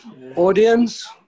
Audience